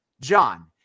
John